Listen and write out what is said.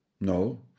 No